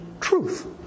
truth